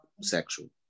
sexual